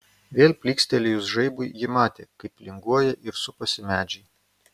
vėl plykstelėjus žaibui ji matė kaip linguoja ir supasi medžiai